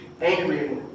angry